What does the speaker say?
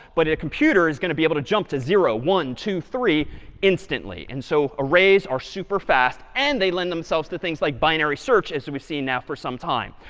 but a computer is going to be able to jump to zero, one, two, three instantly. and so arrays are super fast. and they lend themselves to things like binary search as we've seen now for some time.